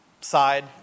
side